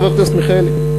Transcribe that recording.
חבר הכנסת מיכאלי?